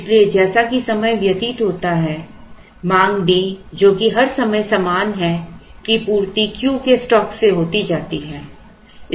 इसलिए जैसा कि समय व्यतीत होता है मांग D जो कि हर समय समान है की पूर्ति Q के स्टॉक से होती जाती है